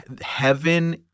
heaven